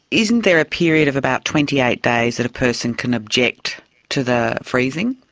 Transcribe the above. isn't there a period of about twenty eight days that a person can object to the freezing?